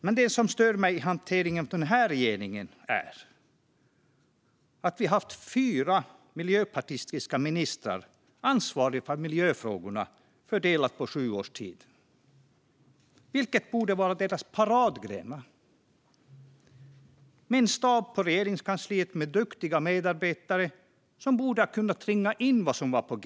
Men det är något som stör mig med hanteringen från den här regeringen. Vi har haft fyra miljöpartistiska ministrar ansvariga för miljöfrågorna fördelat på sju års tid, vilket borde vara deras paradgren. Man har en stab i Regeringskansliet och duktiga medarbetare som borde ha kunnat ringa in vad som var på g.